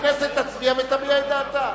הכנסת תצביע ותביע את דעתה.